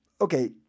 okay